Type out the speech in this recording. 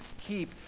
keep